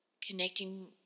connecting